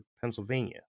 Pennsylvania